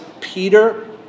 Peter